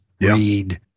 read